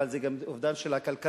אבל זה גם אובדן של הכלכלה,